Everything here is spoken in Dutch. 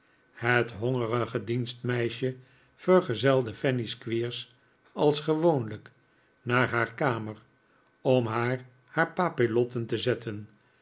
het hongerige dienstmeisje vergezelde fanny squeers als gewoonlijk naar haar kamer om haar haar in papillotten te zetten